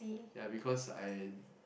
ya because I